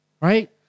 right